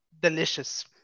Delicious